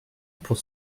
pour